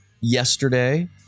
yesterday